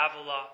Avila